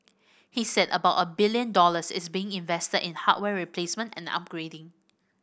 he said about a billion dollars is being invested in hardware replacement and upgrading